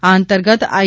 આ અંતર્ગત આઇ